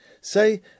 Say